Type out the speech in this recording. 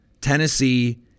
Tennessee